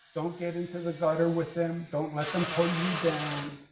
don't get into the gutter with them, don't let them pull you down,